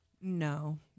No